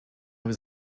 was